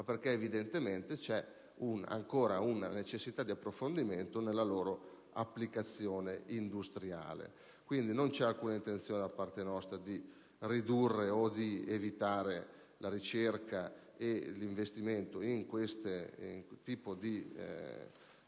perché evidentemente c'è ancora una necessità di approfondimento nella loro applicazione industriale. Non vi è quindi alcuna intenzione da parte nostra di ridurre o cancellare la ricerca e l'investimento in questo tipo di